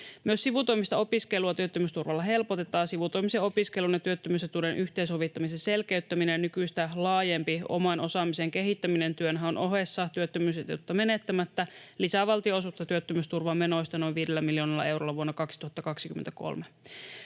Myös sivutoimista opiskelua työttömyysturvalla helpotetaan. Sivutoimisen opiskelun ja työttömyysetuuden yhteensovittamisen selkeyttäminen ja nykyistä laajempi oman osaamisen kehittäminen työnhaun ohessa työttömyysetuutta menettämättä lisäävät valtion osuutta työttömyysturvamenoista noin viidellä miljoonalla eurolla vuonna 2023.